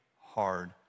hard